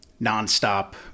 nonstop